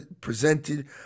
presented